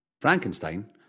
Frankenstein